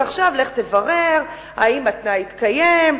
ועכשיו לך תברר אם התנאי התקיים,